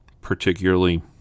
particularly